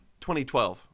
2012